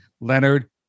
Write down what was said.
leonard